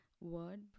word